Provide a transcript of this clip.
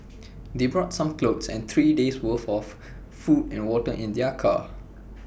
they brought some clothes and three days' worth of food and water in their car